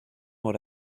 what